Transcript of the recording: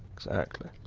exactly.